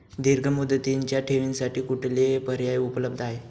दीर्घ मुदतीच्या ठेवींसाठी कुठले पर्याय उपलब्ध आहेत?